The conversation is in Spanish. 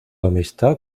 amistad